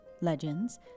legends